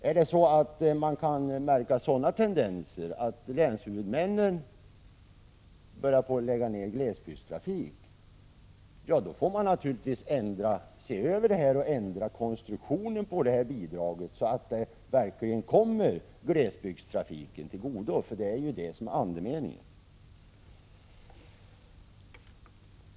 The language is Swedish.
Är det så att man märker tendenser till att länshuvudmännen börjar lägga ned glesbygdstrafik, får man naturligtvis se över och ändra konstruktionen av reglerna för detta bidrag, så att det verkligen kommer glesbygdstrafiken till godo — det är ju detta som är andemeningen.